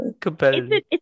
competitive